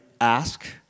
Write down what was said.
ask